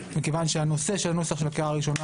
מכיוון שהנושא של הנוסח לקריאה הראשונה